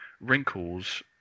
wrinkles